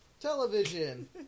Television